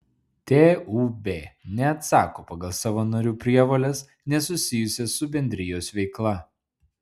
tūb neatsako pagal savo narių prievoles nesusijusias su bendrijos veikla